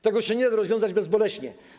Tego się nie da rozwiązać bezboleśnie.